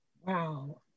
Wow